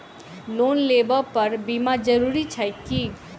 Loan लेबऽ पर बीमा जरूरी छैक की?